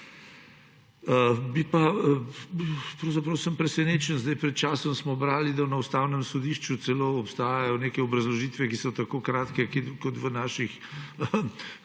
Sem pravzaprav presenečen, pred časom smo brali, da na Ustavnem sodišču celo obstajajo neke obrazložitve, ki so tako kratke kot v naših